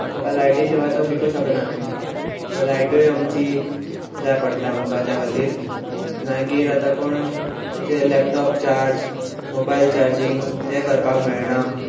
ताका लायटी शिवाय तो शिकूंक शकना न्ही सो लायटूय आमची जाय पडटा आमकां त्या खातीर मागीर आतां कोण जे लॅपटॉप चार्ज मोबायल चार्जींग तें करपाक मेळना